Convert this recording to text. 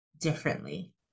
differently